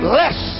less